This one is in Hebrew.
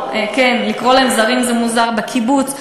לקרוא להם "זרים" זה מוזר בקיבוץ.